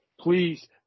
Please